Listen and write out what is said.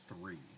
three